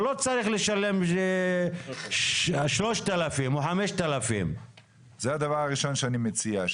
הוא לא צריך לשלם 3,000 או 5,000. זה הדבר הראשון שאני מציע,